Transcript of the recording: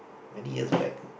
many years back